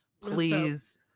please